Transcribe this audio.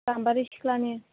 गामबारि सिख्लानि